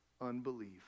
Unbelief